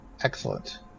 Excellent